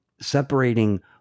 separating